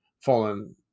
fallen